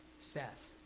Seth